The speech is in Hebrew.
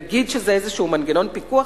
נגיד שזה איזה מנגנון פיקוח,